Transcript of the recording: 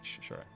Sure